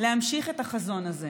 להמשיך את החזון הזה,